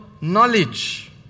knowledge